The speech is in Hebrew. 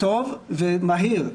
טוב ומהיר.